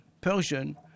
Persian